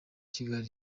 kigali